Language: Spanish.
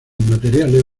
materiales